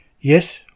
Yes